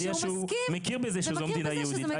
הודיע שהוא מכיר בזה שזו מדינה יהודית.